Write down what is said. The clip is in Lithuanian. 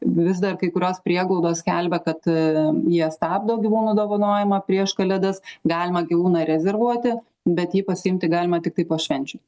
vis dar kai kurios prieglaudos skelbia kad jie stabdo gyvūnų dovanojimą prieš kalėdas galima gyvūną rezervuoti bet jį pasiimti galima tiktai po švenčių